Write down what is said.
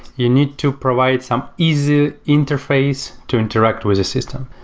you need to provide some easy interface to interact with a system,